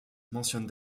mentionne